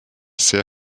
sehr